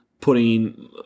putting